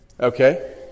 Okay